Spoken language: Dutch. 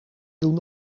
doen